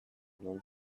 non